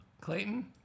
Clayton